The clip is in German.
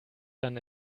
dann